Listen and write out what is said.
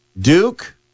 Duke